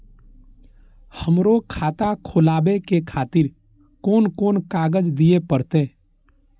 हमरो खाता खोलाबे के खातिर कोन कोन कागज दीये परतें?